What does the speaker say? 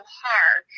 hard